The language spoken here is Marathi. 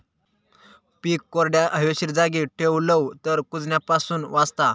पीक कोरड्या, हवेशीर जागी ठेवलव तर कुजण्यापासून वाचता